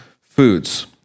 foods